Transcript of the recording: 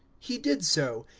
he did so.